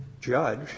judge